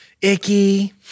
icky